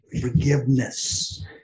forgiveness